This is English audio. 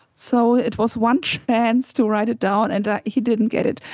so it was one chance to write it down and he didn't get it.